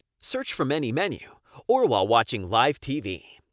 search from any menu or while watching live tv.